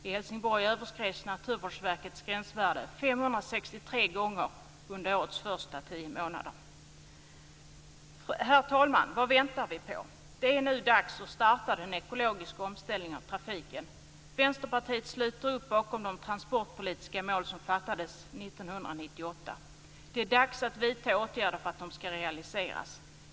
I Helsingborg överskreds Naturvårdsverkets gränsvärde 563 gånger under årets första tio månader. Herr talman! Vad väntar vi på? Det är nu dags att starta den ekologiska omställningen av trafiken! Vänsterpartiet sluter upp bakom de transportpolitiska mål som fattades 1998. Det är dags att vidta åtgärder för att de ska realiseras.